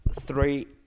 Three